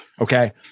okay